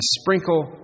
sprinkle